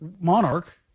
monarch